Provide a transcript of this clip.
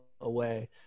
away